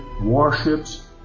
warships